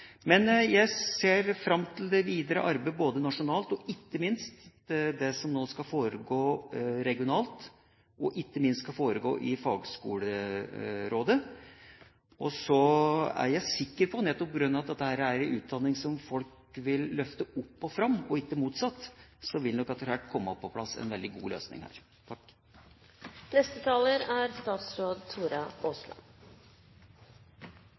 Jeg ser fram til det videre arbeidet nasjonalt, det som nå skal foregå regionalt, og ikke minst det som skal foregå i fagskolerådet. Så er jeg sikker på – nettopp fordi dette er en utdanning folk vil løfte opp og fram og ikke motsatt – at det etter hvert vil komme på plass en veldig god løsning.